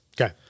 Okay